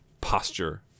posture